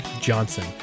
Johnson